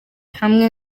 hamwe